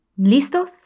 Listos